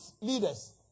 leaders